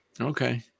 Okay